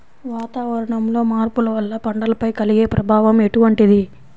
వాతావరణంలో మార్పుల వల్ల పంటలపై కలిగే ప్రభావం ఎటువంటిది?